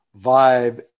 vibe